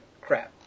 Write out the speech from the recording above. crap